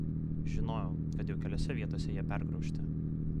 žinojau kad jau keliose vietose jie pergraužti